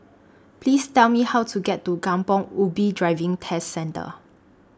Please Tell Me How to get to Kampong Ubi Driving Test Centre